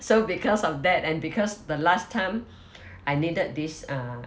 so because of that and because the last time I needed this uh